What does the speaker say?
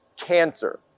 cancer